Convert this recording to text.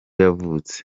yavutse